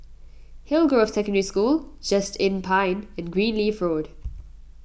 Hillgrove Secondary School Just Inn Pine and Greenleaf Road